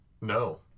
No